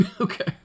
okay